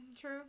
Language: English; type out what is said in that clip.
True